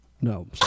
No